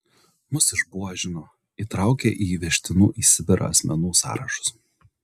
mus išbuožino įtraukė į vežtinų į sibirą asmenų sąrašus